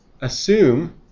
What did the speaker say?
assume